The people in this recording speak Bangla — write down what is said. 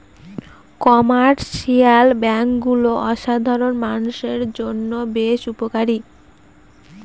কমার্শিয়াল ব্যাঙ্কগুলো সাধারণ মানষের জন্য বেশ উপকারী